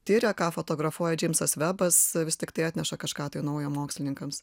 tiria ką fotografuoja džeimsas vebas vis tiktai atneša kažką naujo mokslininkams